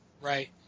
Right